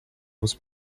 was